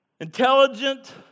intelligent